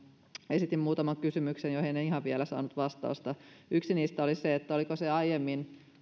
esitin muutaman kysymyksen joihin en ihan vielä saanut vastausta yksi niistä oli se että oliko se aiemmin